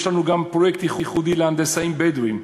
יש לנו גם פרויקט ייחודי להנדסאים בדואים,